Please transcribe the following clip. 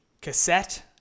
cassette